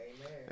Amen